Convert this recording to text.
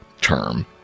term